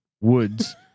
woods